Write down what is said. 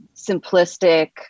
simplistic